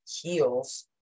heals